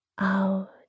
out